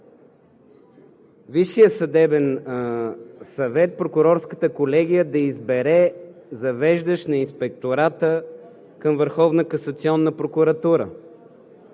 Висшият съдебен съвет, Прокурорската колегия да избере завеждащ на Инспектората към